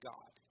God